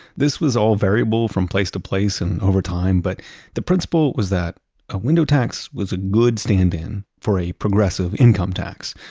this was all variable from place to place and over time, but the principle was that a window tax was a good stand-in for a progressive income tax.